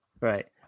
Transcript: right